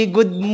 Good